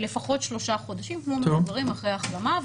לפחות שלושה חודשים, כמו מבוגרים אחרי החלמה.